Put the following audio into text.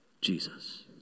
Jesus